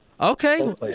Okay